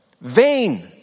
vain